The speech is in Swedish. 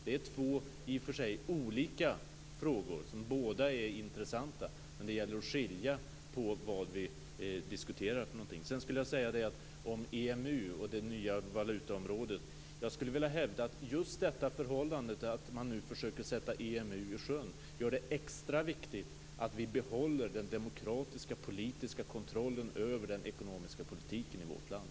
Det är två i och för sig olika frågor som båda är intressanta, men det gäller att skilja på de ämnen vi diskuterar. Jag skulle vilja säga en sak om EMU och det nya valutaområdet. Jag skulle vilja hävda att just det förhållande att man nu försöker sätta EMU i sjön gör det extra viktigt att vi behåller den demokratiska politiska kontrollen över den ekonomiska politiken i vårt land.